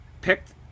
picked